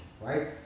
right